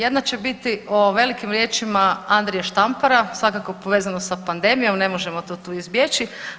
Jedna će biti o velikim riječima Andrije Štampara, svakako povezano sa pandemijom, ne možemo to tu izbjeći.